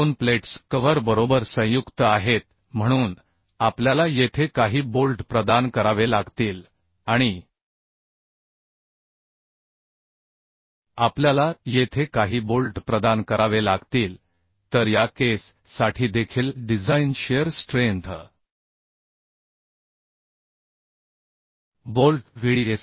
दोन plates cover बरोबर संयुक्त आहेत म्हणून आपल्याला येथे काही बोल्ट प्रदान करावे लागतील आणि आपल्याला येथे काही बोल्ट प्रदान करावे लागतील तर या केस साठी देखील design shear strength bolt Vdsb